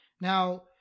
Now